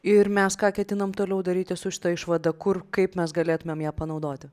ir mes ką ketinam toliau daryti su šita išvada kur kaip mes galėtumėm ją panaudoti